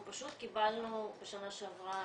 אנחנו פשוט קיבלנו בשנה שעברה